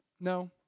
No